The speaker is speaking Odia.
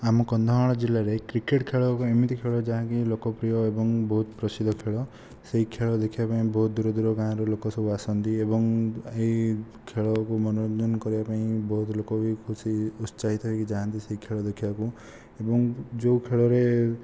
ଆମ କନ୍ଧମାଳ ଜିଲ୍ଲାରେ କ୍ରିକେଟ ଖେଳ ଏକ ଏମିତି ଏକ ଖେଳ ଯାହାକି ଲୋକପ୍ରିୟ ଏବଂ ବହୁତ ପ୍ରସିଦ୍ଧ ଖେଳ ସେହି ଖେଳ ଦେଖିବା ପାଇଁ ବହୁତ ଦୂର ଦୂର ଗାଁରୁ ଲୋକ ସବୁ ଆସନ୍ତି ଏବଂ ଏହି ଖେଳକୁ ମନୋରଞ୍ଜନ କରିବା ପାଇଁ ବହୁତ ଲୋକ ବି ଖୁସି ଉତ୍ସାହିତ ହୋଇକି ଯାଆନ୍ତି ଖେଳ ଦେଖିବାକୁ ଏବଂ ଯେଉଁ ଖେଳରେ